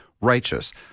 righteous